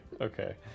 Okay